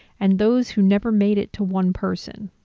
and those who never made it to one person.